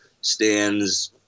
stands